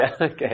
okay